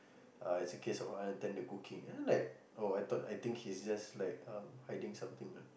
uh it's a case of unattended cooking and then I'm like oh I thought I think he is just like um hiding something ah